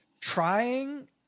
trying